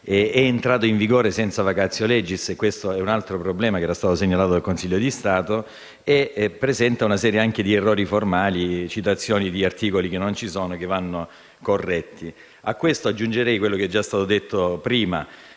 è entrato in vigore senza *vacatio legis* - questo è un altro problema segnalato dal Consiglio di Stato - e presenta una serie di errori formali, con citazioni di articoli che non ci sono e che vanno corretti. A tutto ciò aggiungerei quanto è già stato detto prima